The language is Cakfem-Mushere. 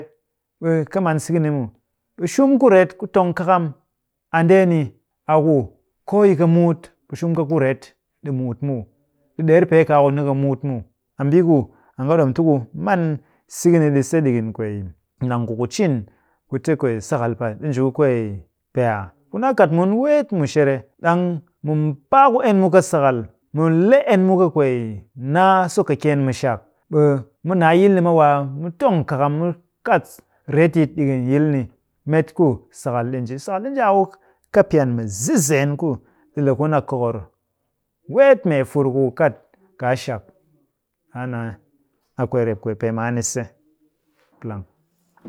Ɓe ka man siki ni muw. ɓe shum ku ret ku tong kakam, a ndeeni a ku koo yi ka muut, ɓe shum ka ku ret ɗi muut muw. ɗi ɗer pee kaa ku nika muut muw. A mbii ku an kɨ ɗom ti ku man siki ni ɗi se ɗikin kwee nang ku ku cin ku te kwee sakal pa ɗi nji ku kwee pee aa? Ku naa kat mun weet mushere, ɗang mu mbaa ku en mu kɨ sakal, mu le en mu kɨ kwee naa sokɨkyeen mu shak, ɓe mu naa yilni ma waa mu tong kakam. Mu kat retyit ɗikin yil ni met ku sakal ɗi nji. Sakal ɗi nji a ku kɨpyan mu zɨzeen ku ɗi le kun a kokor. Weet mee fur ku ku kat kaashak. ɗaa naa a kwee rep kwee pee maan ni se. Plang.